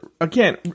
again